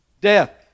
Death